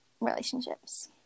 relationships